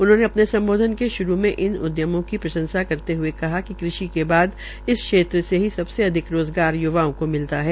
उन्होंने अपने सम्बोधन के श्रू में इन उद्यमों की प्रंशसा करते हुए कहा कि कृषि के बाद इस क्षेत्र से ही सबसे अधिक रोज़गार य्वाओं को मिलता है